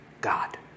God